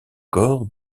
corps